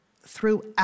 throughout